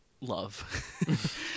love